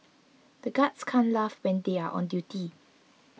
the guards can't laugh when they are on duty